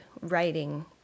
writing